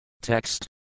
Text